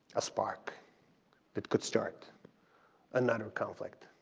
a spark that could start another conflict.